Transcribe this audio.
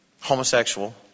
homosexual